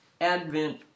Advent